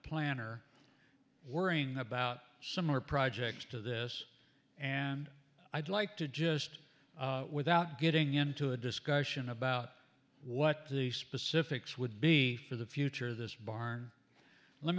planner worrying about some more projects to this and i'd like to just without getting into a discussion about what the specifics would be for the future of this bar let